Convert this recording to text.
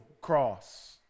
cross